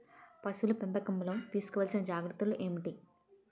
పశువుల పెంపకంలో తీసుకోవల్సిన జాగ్రత్త లు ఏంటి?